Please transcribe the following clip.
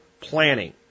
planning